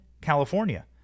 California